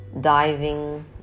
diving